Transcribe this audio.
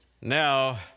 Now